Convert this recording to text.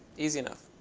easy enough.